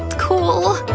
cool!